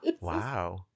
Wow